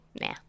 nah